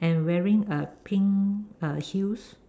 and wearing a pink uh heels